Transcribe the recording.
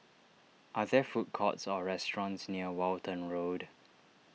are there food courts or restaurants near Walton Road